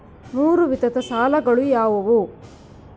ಮೂರು ವಿಧದ ಸಾಲಗಳು ಯಾವುವು?